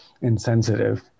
insensitive